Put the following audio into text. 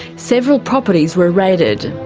several properties were raided.